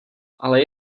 ale